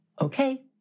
Okay